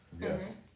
Yes